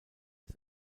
des